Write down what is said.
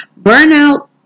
Burnout